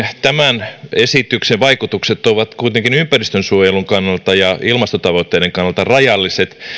tämän esityksen vaikutukset ovat kuitenkin ympäristönsuojelun kannalta ja ilmastotavoitteiden kannalta rajalliset